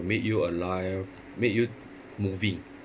make you alive make you moving